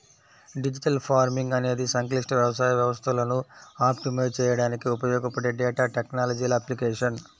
digital farming అనేది సంక్లిష్ట వ్యవసాయ వ్యవస్థలను ఆప్టిమైజ్ చేయడానికి ఉపయోగపడే డేటా టెక్నాలజీల అప్లికేషన్